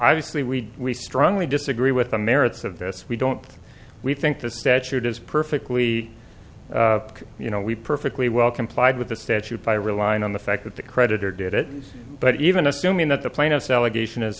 we we we strongly disagree with the merits of this we don't we think the statute is perfectly you know we perfectly well complied with the statute by relying on the fact that the creditor did it but even assuming that the plaintiff allegation is